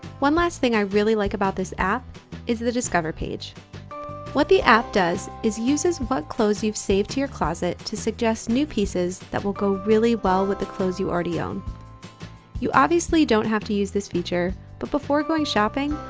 one last thing i really like about this app is the discover page what the app does? is uses what clothes you've saved to your closet to suggest new pieces that will go really well with the clothes you already own you obviously don't have to use this feature, but before going shopping,